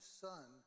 son